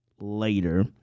later